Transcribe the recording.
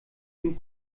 dem